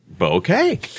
okay